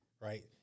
Right